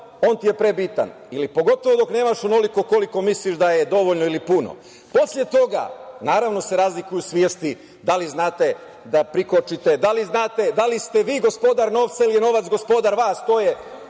on ti je prebitan ili pogotovo dok nemaš onoliko koliko misliš da je dovoljno ili puno. Posle toga, naravno, razlikuju se svesti, da li znate da prikočite, da li znate da li ste vi gospodar novca ili je novac gospodar vas, to je